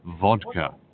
vodka